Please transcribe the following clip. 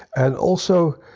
and also,